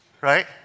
right